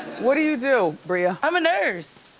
what do you do, bria? i'm a nurse.